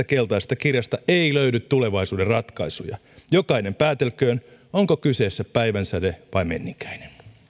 keltaisesta kirjasta ei löydy tulevaisuuden ratkaisuja jokainen päätelköön onko kyseessä päivänsäde vai menninkäinen